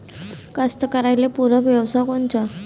कास्तकाराइले पूरक व्यवसाय कोनचा?